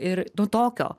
ir nu tokio